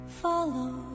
follow